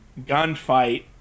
gunfight